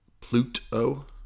Pluto